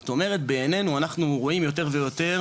זאת אומרת בעיננו אנחנו רואים יותר ויותר